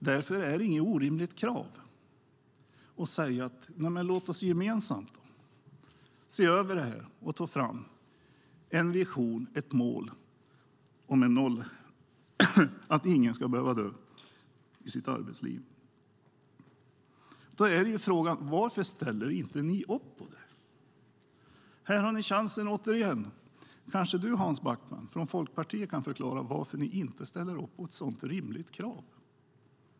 Därför är det inget orimligt krav att säga att vi gemensamt ska se över frågan och ta fram en vision, ett mål, om att ingen ska behöva dö i arbetet. Varför ställer ni inte upp på detta? Här har ni chansen. Kanske Hans Backman från Folkpartiet kan förklara varför ni inte ställer upp på ett sådant rimligt krav.